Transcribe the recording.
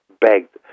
begged